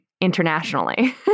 internationally